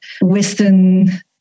Western